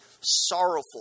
sorrowful